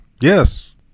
Yes